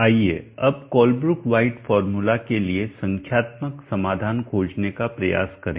आइए अब Colebrook White formula के लिए संख्यात्मक समाधान खोजने का प्रयास करें